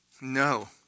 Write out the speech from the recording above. no